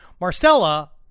Marcella